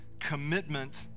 commitment